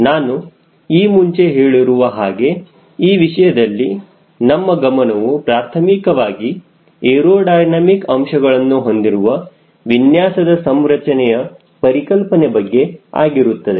ನಾನು ಈ ಮುಂಚೆ ಹೇಳಿರುವ ಹಾಗೆ ಈ ವಿಷಯದಲ್ಲಿ ನಮ್ಮ ಗಮನವೂ ಪ್ರಾಥಮಿಕವಾಗಿ ಏರೋಡೈನಮಿಕ್ ಅಂಶಗಳನ್ನು ಹೊಂದಿರುವ ವಿನ್ಯಾಸದ ಸಂರಚನೆಯ ಪರಿಕಲ್ಪನೆ ಬಗ್ಗೆ ಆಗಿರುತ್ತದೆ